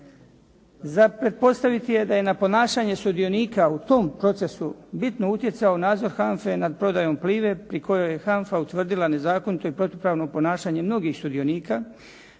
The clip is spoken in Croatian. Za pretpostaviti je da je na ponašanje sudionika u tom procesu bitno utjecao nadzor HANFA-e nad prodajom Plive pri kojoj je HANFA utvrdila nezakonito i protupravno ponašanje mnogih sudionika,